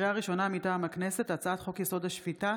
לקריאה ראשונה, מטעם הכנסת: הצעת חוק-יסוד: השפיטה